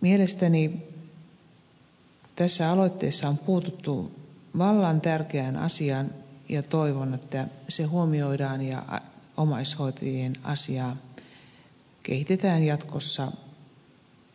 mielestäni tässä aloitteessa on puututtu vallan tärkeään asiaan ja toivon että se huomioidaan ja omaishoitajien asiaa kehitetään jatkossa